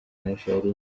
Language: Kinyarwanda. nigeriya